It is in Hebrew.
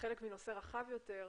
כחלק מנושא רחב יותר.